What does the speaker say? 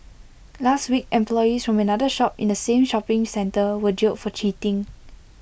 last week employees from another shop in the same shopping centre were jailed for cheating